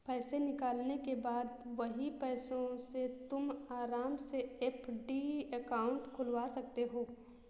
पैसे निकालने के बाद वही पैसों से तुम आराम से एफ.डी अकाउंट खुलवा सकते हो